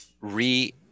re-